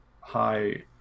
high